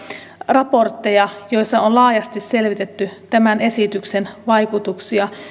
raportteja joissa on laajasti selvitetty tämän esityksen vaikutuksia